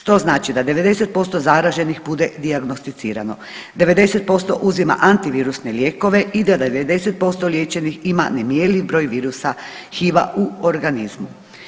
Što znači da 90% zaraženih bude dijagnosticirano, 90% uzima antivirusne lijekove i 90% liječenih ima nemjerljiv broj virusa HIV-a u organizmu.